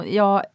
jag